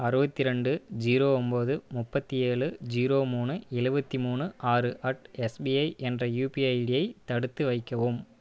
அறுபத்திரெண்டு zero ஒன்பது முப்பத்தி ஏழு ஜீரோ மூனு எழுபத்தி மூனு ஆறு அட் எஸ்பிஐ என்ற யுபி ஐடியை தடுத்து வைக்கவும்